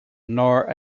nor